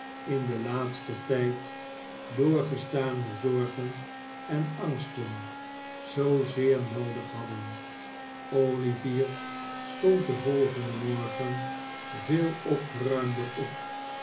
in den laatsten tijd doorgestane zorgen en angsten zoozeer noodig hadden olivier stond den volgenden morgen veel opgeruimder op